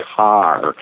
car